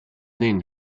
then